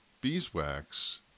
beeswax